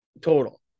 Total